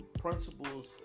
principles